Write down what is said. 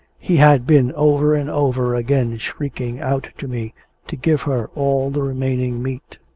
he had been over and over again shrieking out to me to give her all the remaining meat,